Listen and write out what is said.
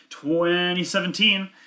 2017